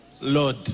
Lord